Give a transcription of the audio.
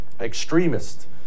extremist